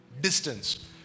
distance